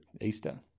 Easter